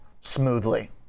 smoothly